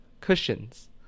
cushions